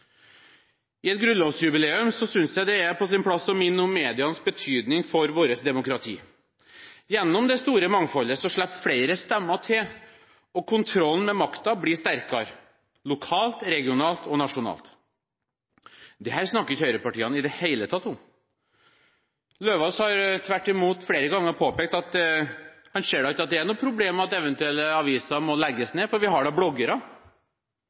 I et grunnlovsjubileumsår synes jeg det er på sin plass å minne om medienes betydning for vårt demokrati. Gjennom det store mangfoldet slipper flere stemmer til, og kontrollen med makta blir sterkere, lokalt, regionalt og nasjonalt. Dette snakker ikke høyrepartiene om i det hele tatt. Eidem Løvaas har tvert imot flere ganger påpekt at han ikke ser at det er noe problem at eventuelle aviser må legges ned, for vi har da bloggere.